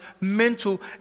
mental